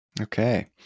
okay